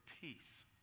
peace